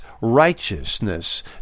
righteousness